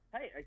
Hey